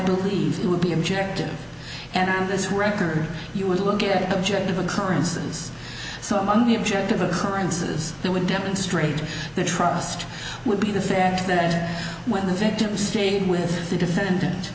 believe it would be objective and on this record you would look at objective occurrences some of the objective occurrences that would demonstrate the trust would be the fact that when the victim stayed with the defendant